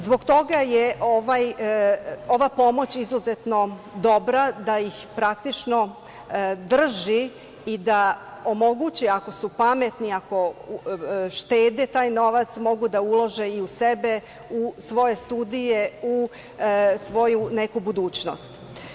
Zbog toga je ova pomoć izuzetno dobra, da ih praktično drži i da omogući, ako su pametni, ako štede taj novac mogu da ulože i u sebe, u svoje studije u svoju neku budućnost.